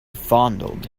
fondled